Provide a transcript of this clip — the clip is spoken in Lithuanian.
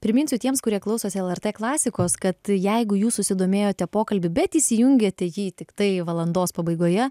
priminsiu tiems kurie klausosi lrt klasikos kad jeigu jūs susidomėjote pokalbiu bet įsijungėte jį tiktai valandos pabaigoje